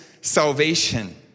salvation